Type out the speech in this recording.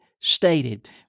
stated